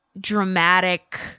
dramatic